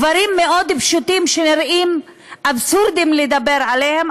דברים מאוד פשוטים שנראה אבסורדי לדבר עליהם,